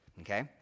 okay